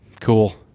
cool